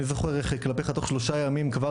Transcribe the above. אני זוכר איך כלפיך תוך שלושה ימים כבר